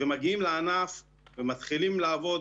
ומגיעים לענף ומתחילים לעבוד.